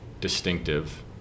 distinctive